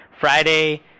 Friday